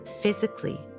physically